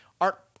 art